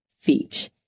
feet